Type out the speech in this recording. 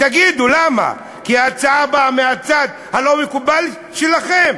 תגידו למה, כי ההצעה באה מהצד הלא-מקובל שלכם?